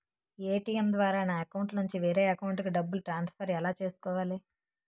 ATM ద్వారా నా అకౌంట్లోనుంచి వేరే అకౌంట్ కి డబ్బులు ట్రాన్సఫర్ ఎలా చేసుకోవాలి?